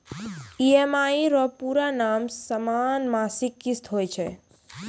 EMI रो पूरा नाम समान मासिक किस्त हुवै छै